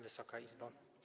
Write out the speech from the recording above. Wysoka Izbo!